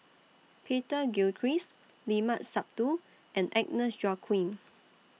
Peter Gilchrist Limat Sabtu and Agnes Joaquim